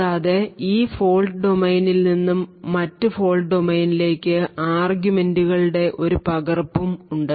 കൂടാതെ ഈ ഫോൾട് ഡൊമെയ്നിൽ നിന്ന് മറ്റ് ഫോൾട് ഡൊമെയ്നിലേക്ക് ആർഗ്യുമെന്റുകളുടെ ഒരു പകർപ്പും ഉണ്ട്